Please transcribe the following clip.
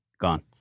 gone